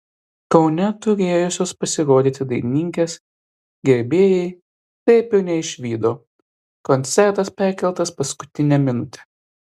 kaune turėjusios pasirodyti dainininkės gerbėjai taip ir neišvydo koncertas perkeltas paskutinę minutę